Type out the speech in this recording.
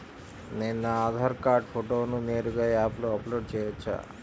నేను నా ఆధార్ కార్డ్ ఫోటోను నేరుగా యాప్లో అప్లోడ్ చేయవచ్చా?